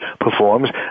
performs